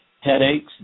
headaches